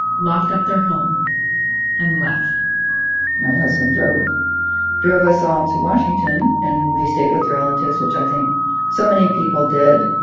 locked up their home and left my husband drove drove us all to washington. and we stayed with relatives, which i think so many people did